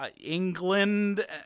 England